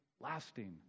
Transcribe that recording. lasting